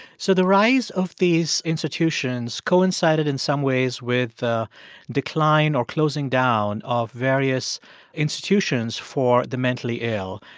so the rise of these institutions coincided in some ways with a decline or closing down of various institutions for the mentally ill,